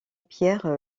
pierre